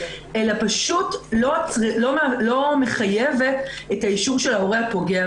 אלא פשוט לא מחייבת את האישור של ההורה הפוגע.